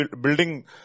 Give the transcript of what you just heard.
building